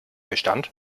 bestand